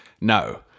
no